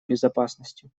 безопасностью